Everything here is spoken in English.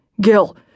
Gil